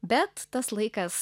bet tas laikas